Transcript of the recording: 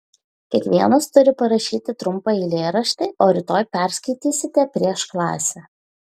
kiekvienas turi parašyti trumpą eilėraštį o rytoj perskaitysite prieš klasę